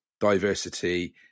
diversity